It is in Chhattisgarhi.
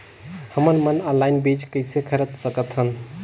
हमन मन ऑनलाइन बीज किसे खरीद सकथन?